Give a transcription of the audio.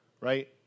Right